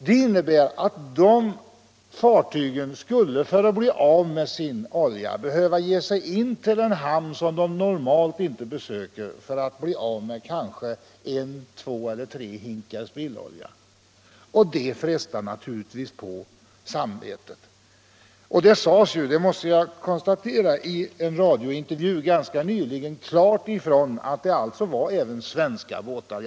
Det innebär att dessa fartyg skall, för att bli av med sin olja, behöva gå in till en hamn som de normalt inte besöker och där göra sig av med en, två eller tre hinkar spillolja. Det frestar naturligtvis på samvetet. I en radiointervju sades klart ifrån att det här även var fråga om svenska båtar.